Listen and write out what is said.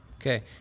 Okay